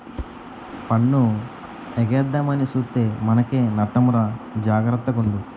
పన్ను ఎగేద్దామని సూత్తే మనకే నట్టమురా జాగర్త గుండు